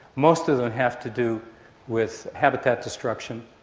most of them have to do with habitat destruction,